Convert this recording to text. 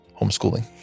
homeschooling